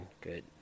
good